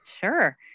Sure